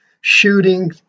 shooting